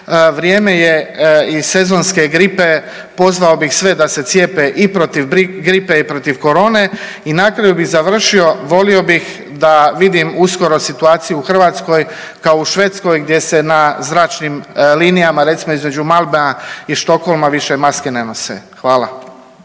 Vrijeme je i sezonske gripe. Pozvao bih sve da se cijepe i protiv gripe i protiv korone. I na kraju bih završio. Volio bih da vidim uskoro situaciju u Hrvatskoj kao u Švedskoj gdje se na zračnim linijama recimo između … i Stockholma više maske ne nose. Hvala.